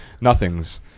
nothing's